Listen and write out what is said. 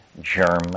German